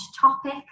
topic